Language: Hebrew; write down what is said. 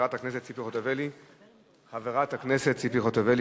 עבודה ורווחה.